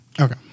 Okay